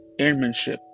airmanship